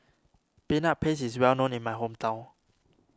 Peanut Paste is well known in my hometown